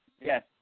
Yes